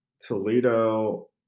Toledo